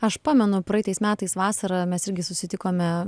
aš pamenu praeitais metais vasarą mes irgi susitikome